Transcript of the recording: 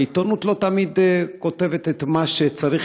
העיתונות לא תמיד כותבת את מה שצריך